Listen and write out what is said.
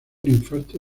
infarto